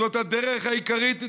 זאת הדרך העיקרית,